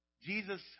Jesus